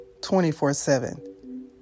24-7